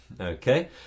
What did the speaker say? Okay